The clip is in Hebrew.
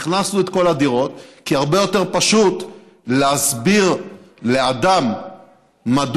אכלסנו את כל הדירות כי הרבה יותר פשוט להסביר לאדם מדוע